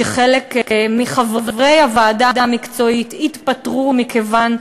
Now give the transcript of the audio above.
שחלק מחברי הוועדה המקצועית שלו התפטרו מכיוון,